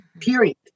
period